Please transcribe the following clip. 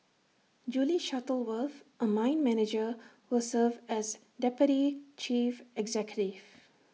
Julie Shuttleworth A mine manager will serve as deputy chief executive